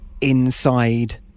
inside